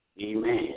Amen